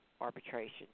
arbitration